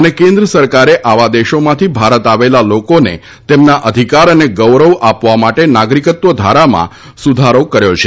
અને કેન્દ્ર સરકારે આવા દેશોમાંથી ભારત આવેલા લોકોને તેમના અધિકાર અને ગૌરવ આપવા માટે નાગરકિત્વ ધારામાં સુધારો કર્યો છે